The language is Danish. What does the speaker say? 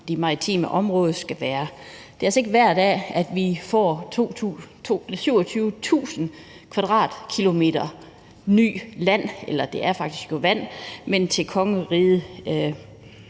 det maritime område skal være. Det er altså ikke hver dag, at vi får 27.000 km² nyt land, eller det er jo faktisk vand, til kongeriget